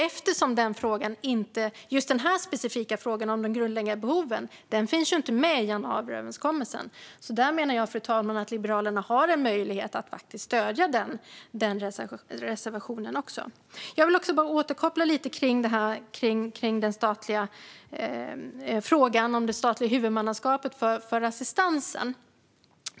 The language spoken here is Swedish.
Eftersom just den här specifika frågan om de grundläggande behoven inte finns med i januariöverenskommelsen menar jag att Liberalerna har en möjlighet att faktiskt stödja den reservationen också. Jag vill återkoppla lite gällande frågan om det statliga huvudmannaskapet för assistansen.